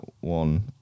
one